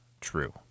true